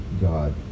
God